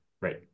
right